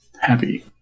happy